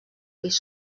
pis